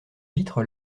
vitres